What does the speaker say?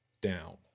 down